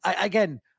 again